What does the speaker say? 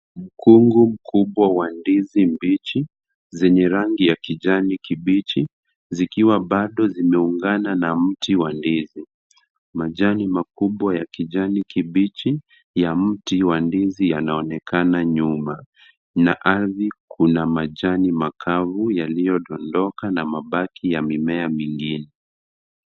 Mkungu mkubwa wa ndizi mbichi zenye rangi ya kijani kibichi zikiwa bado zimeungana na mti wa ndizi. Majani makubwa ya kijani kibichi ya mti wa ndizi yanaonekana nyuma. Kwenye ardhi kuna majani makavu yaliyodondoka na mabaki ya mimea mingine.